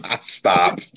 stop